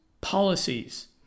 policies